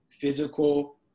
physical